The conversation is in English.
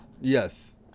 Yes